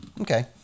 Okay